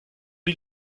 die